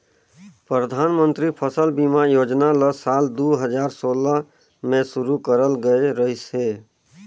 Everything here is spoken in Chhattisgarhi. परधानमंतरी फसल बीमा योजना ल साल दू हजार सोला में शुरू करल गये रहीस हे